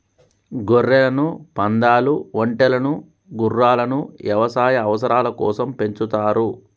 గొర్రెలను, పందాలు, ఒంటెలను గుర్రాలను యవసాయ అవసరాల కోసం పెంచుతారు